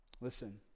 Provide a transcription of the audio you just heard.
Listen